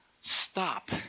stop